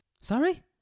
Sorry